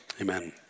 amen